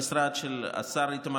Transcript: שלך.